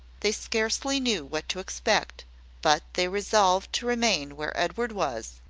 they scarcely knew what to expect but they resolved to remain where edward was,